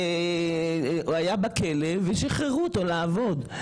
היה בכלא ושחררו אותו לעבוד.